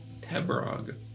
Tebrog